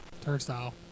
turnstile